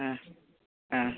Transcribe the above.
ആ ആ